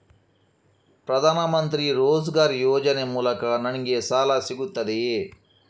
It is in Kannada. ಪ್ರದಾನ್ ಮಂತ್ರಿ ರೋಜ್ಗರ್ ಯೋಜನೆ ಮೂಲಕ ನನ್ಗೆ ಸಾಲ ಸಿಗುತ್ತದೆಯೇ?